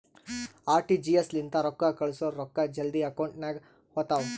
RTGS ಲಿಂತ ರೊಕ್ಕಾ ಕಳ್ಸುರ್ ರೊಕ್ಕಾ ಜಲ್ದಿ ಅಕೌಂಟ್ ನಾಗ್ ಹೋತಾವ್